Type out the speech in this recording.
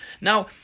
Now